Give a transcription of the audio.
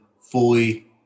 fully